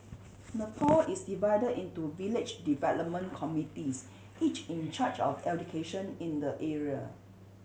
nepal is divided into village development committees each in charge of education in the area